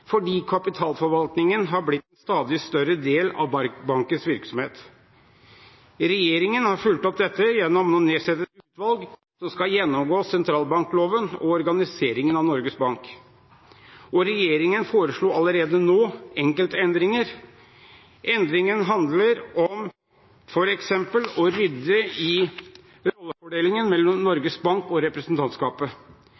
fordi kapitalforvaltningen har blitt en stadig større del av bankens virksomhet. Regjeringen har fulgt opp dette gjennom å nedsette et utvalg som skal gjennomgå sentralbankloven og organiseringen av Norges Bank. Regjeringen foreslår allerede nå enkeltendringer. Endringene handler om f.eks. å rydde i rollefordelingen mellom Norges Bank og representantskapet,